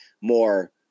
more